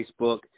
facebook